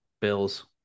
Bills